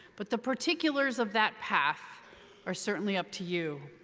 but the particulars of that path are certainly up to you.